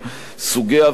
סוגי הוועדות,